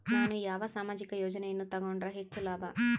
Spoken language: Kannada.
ನಾನು ಯಾವ ಸಾಮಾಜಿಕ ಯೋಜನೆಯನ್ನು ತಗೊಂಡರ ಹೆಚ್ಚು ಲಾಭ?